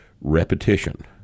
repetition